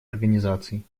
организаций